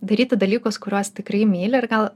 daryti dalykus kuriuos tikrai myli ir gal